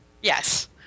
Yes